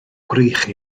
gwrych